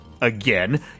again